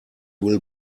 will